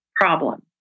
problem